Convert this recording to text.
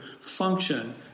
function